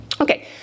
Okay